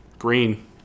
green